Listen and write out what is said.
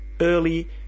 early